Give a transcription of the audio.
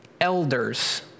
elders